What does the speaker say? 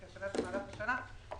במהלך השנה,